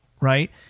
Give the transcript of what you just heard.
right